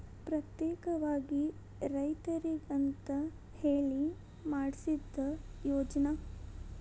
ಪ್ರತ್ಯೇಕವಾಗಿ ರೈತರಿಗಂತ ಹೇಳಿ ಮಾಡ್ಸಿದ ಯೋಜ್ನಾ